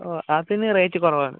ഓ അതിന് റേറ്റ് കുറവാണ്